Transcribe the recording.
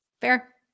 Fair